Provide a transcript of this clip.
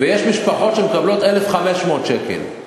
יש משפחות שמקבלות 1,500 שקל.